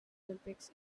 olympics